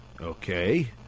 Okay